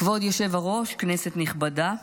כבוד היושב-ראש, כנסת נכבדה,